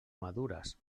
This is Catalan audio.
madures